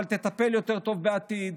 אבל תטפל יותר טוב בעתיד,